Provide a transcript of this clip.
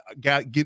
get